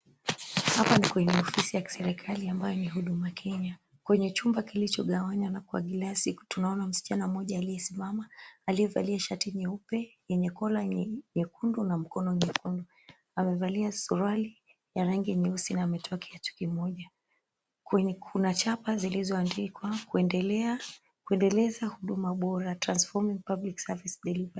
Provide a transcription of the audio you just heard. Hapa ni ofisi ya kiserikali ambayo ni Huduma Kenya kwenye chumba kilichogawanywa na kwenye glasi tunaona msichana mmoja aliyesimama aliyevalia shati nyeupe yenye kola nyekundu na mkono nyekundu, amevalia suruali ya rangi ya nyeusi na ametoa kiatu kimoja kwenye kuna chapati zilizoandikwa, Kuendeleza Huduma Bora, Transforming Public Service.